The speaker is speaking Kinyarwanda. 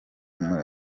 muri